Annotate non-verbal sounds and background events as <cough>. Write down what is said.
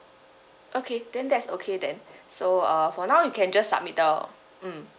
okay then that's okay then <breath> so uh for now you can just submit the mm